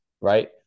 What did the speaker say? Right